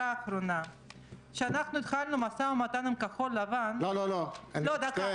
נטייה מינית, נטייה